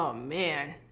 um man,